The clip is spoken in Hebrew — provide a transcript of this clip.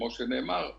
כמו שנאמר,